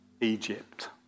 Egypt